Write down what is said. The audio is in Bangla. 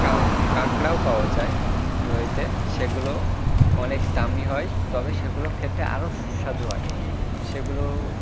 কাঁক্ কাঁকড়াও পাওয়া যায় নদীতে সেগুলোও অনেক দামি হয় তবে সেগুলো খেতে আরও সুস্বাদু হয় সেগুলোও